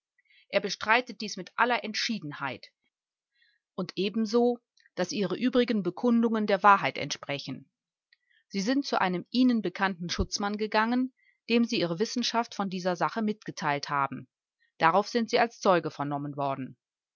er bestreitet dies mit aller entschiedenheit und ebenso daß ihre übrigen bekundungen der wahrheit entsprechen sie sind zu einem ihnen bekannten schutzmann gegangen dem sie ihre wissenschaft von dieser sache mitgeteilt haben darauf sind sie als zeuge vernommen worden